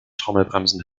trommelbremsen